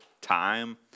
time